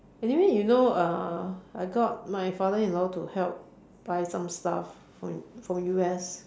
anyway you know uh I got my father in law to help buy some stuff from from U_S